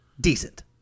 decent